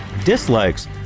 Dislikes